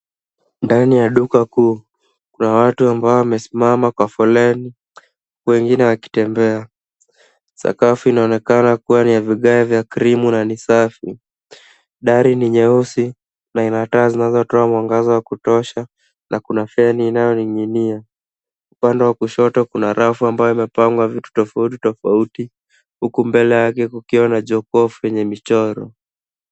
Ndani ya duka kuu kuna watu ambao wamesimama kwa foleni wengine wakitembea. Sakafu inaonekana kuwa ni ya vigae vya krimu na ni safi. Dari ni nyeusi na ina taa zinazotoa mwangaza wa kutosha na kuna feni inaning'inia. Upande wa kushoto kuna rafu ambayo imepangwa vitu tofauti tofauti huku mbele yake kukiwa na jokofu yenye michoro.